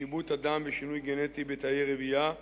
שיבוט אדם ושינוי גנטי בתאי רבייה,